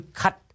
cut